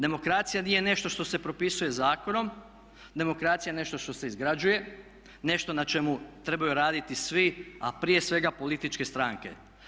Demokracija nije nešto što se propisuje zakonom, demokracija je nešto što se izgrađuje, nešto na čemu trebaju raditi svi, a prije svega političke stranke.